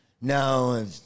No